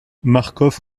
marcof